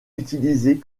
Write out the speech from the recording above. utilisées